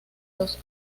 los